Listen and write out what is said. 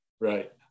Right